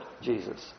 Jesus